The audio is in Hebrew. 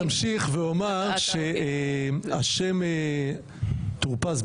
אני אמשיך ואומר שהשם טור פז,